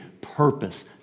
purpose